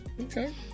Okay